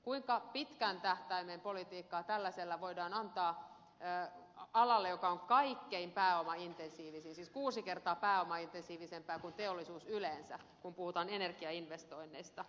kuinka pitkän tähtäimen politiikkaa tällaisella voidaan antaa alalle joka on kaikkein pääomaintensiivisin siis kuusi kertaa pääomaintensiivisempi kuin teollisuus yleensä kun puhutaan energiainvestoinneista